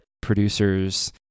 producers